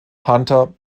hunter